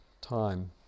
time